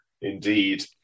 Indeed